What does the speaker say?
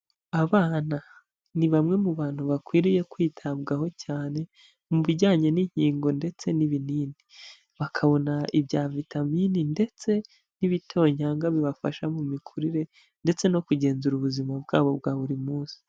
Abana ni bamwe mu bantu bakwiriye kwitabwaho cyane mu bijyanye n'inkingo ndetse n'ibinini, bakabona ibya vitamini ndetse n'ibitonyanga bibafasha mu mikurire ndetse no kugenzura ubuzima bwabo bwa buri munsi.